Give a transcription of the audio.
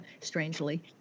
strangely